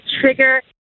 trigger